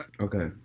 Okay